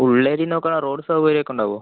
ഉള്ള് ഏരിയ നോക്കണം റോഡ് സൗകര്യം ഒക്കെ ഉണ്ടാവുമോ